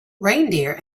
reindeer